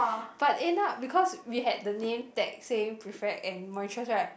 but end up because we had the name tag saying prefect and monitress right